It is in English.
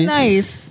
nice